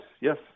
yes